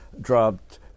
dropped